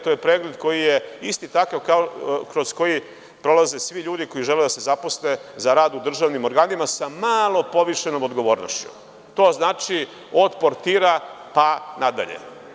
To je pregled koji je isti takav kroz koji prolaze svi ljudi koji žele da se zaposle u rad u državnim organima sa malo povišenom odgovornošću, to znači od portira pa nadalje.